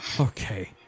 Okay